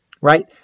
right